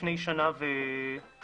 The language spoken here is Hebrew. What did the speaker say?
לפני שנה וקצת,